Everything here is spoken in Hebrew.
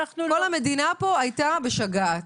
כל המדינה פה היתה בשגעת.